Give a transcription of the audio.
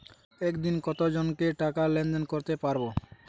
একদিন কত জনকে টাকা লেনদেন করতে পারবো?